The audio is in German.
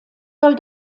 soll